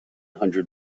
hundred